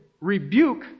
rebuke